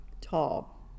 Tall